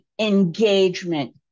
engagement